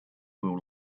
grow